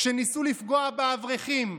כשניסו לפגוע באברכים,